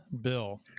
Bill